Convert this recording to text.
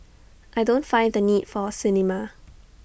I don't find the need for A cinema